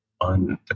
on